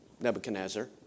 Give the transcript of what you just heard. Nebuchadnezzar